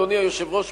אדוני היושב-ראש,